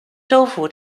州府